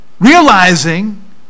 Realizing